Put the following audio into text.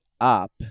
up